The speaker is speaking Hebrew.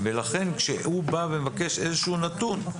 לכן כשהוא בא ומבקש איזשהו נתון,